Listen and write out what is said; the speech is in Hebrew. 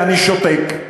ואני שותק.